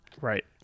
Right